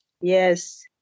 Yes